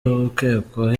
ukekwaho